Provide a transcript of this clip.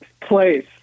place